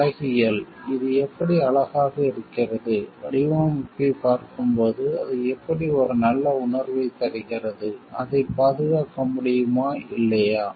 அழகியல் அது எப்படி அழகாக இருக்கிறது வடிவமைப்பைப் பார்க்கும்போது அது எப்படி ஒரு நல்ல உணர்வைத் தருகிறது அதைப் பாதுகாக்க முடியுமா இல்லையா